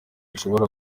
zishobora